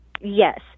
Yes